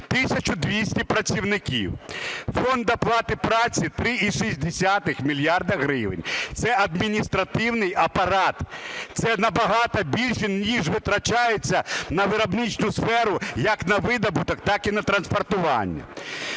1200 працівників, фонд оплати праці – 3,6 мільярда гривень. Це адміністративний апарат, це набагато більше, ніж витрачається на виробничу сферу як на видобуток, так і на транспортування.